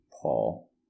Paul